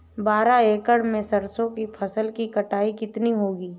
बारह एकड़ में सरसों की फसल की कटाई कितनी होगी?